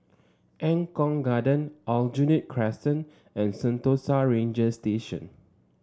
Eng Kong Garden Aljunied Crescent and Sentosa Ranger Station